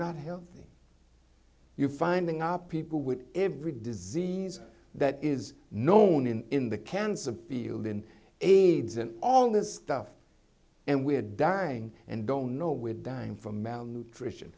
not healthy you finding are people with every disease that is known in in the cancer field in aids and all this stuff and we're dying and don't know we're dying from malnutrition